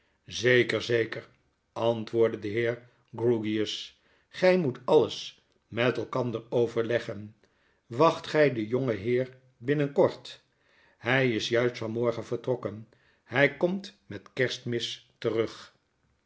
zeker zeker antwoordde de heer grewgious gij moet alles met elkanderoverleggen wacht gij den jongenheer binnenkort hy is juist van morgen vertrokken hij komt met kerstmis terug